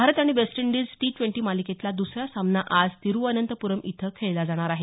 Bharat West Indies T twenty मालिकेतला द्रसरा सामना आज तिरूवअनंतपुरम इथं खेळला जाणार आहे